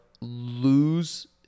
lose